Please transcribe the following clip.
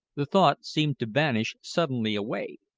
the thought seemed to vanish suddenly away,